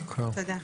תודה.